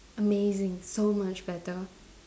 amazing so much better